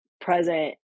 present